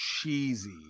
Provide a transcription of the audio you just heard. cheesy